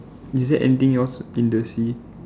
is there anything else in the sea